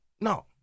no